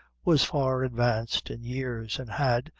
was far advanced in years, and had,